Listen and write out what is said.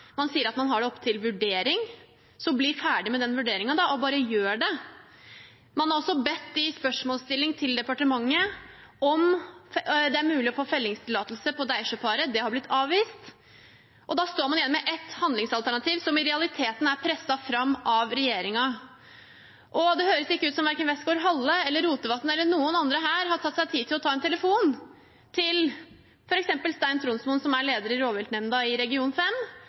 Man sier at man har det oppe til vurdering. Så bli ferdig med den vurderingen og bare gjør det! I spørsmålsstilling til departementet har man bedt om det er mulig å få fellingstillatelse på Deisjø-paret. Det har blitt avvist. Da står man igjen med ett handlingsalternativ, som i realiteten er presset fram av regjeringen. Det høres ikke ut som om verken Westgaard-Halle, Rotevatn eller noen andre her har tatt seg tid til å ta en telefon til f.eks. Stein Tronsmoen, som er leder i rovviltnemnda i region